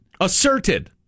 Asserted